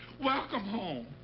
welcome home.